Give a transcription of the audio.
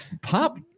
pop